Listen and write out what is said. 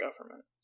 government